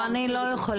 לא, אני לא יכולה.